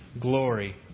glory